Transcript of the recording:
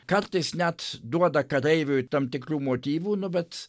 kartais net duoda kareiviui tam tikrų motyvų nu bet